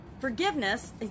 forgiveness